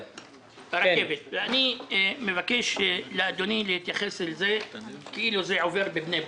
אני מבקש מאדוני להתייחס אל זה כאילו זה עובר בבני ברק.